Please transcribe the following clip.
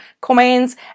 comments